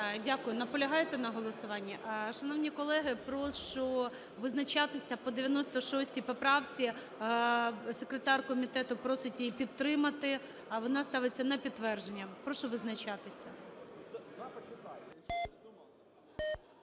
Дякую. Наполягаєте на голосуванні? Шановні колеги, прошу визначатися по 96 поправці. Секретар комітету просить її підтримати. Вона ставиться на підтвердження. Прошу визначатися.